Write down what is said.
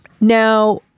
now